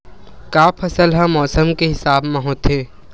का फसल ह मौसम के हिसाब म होथे?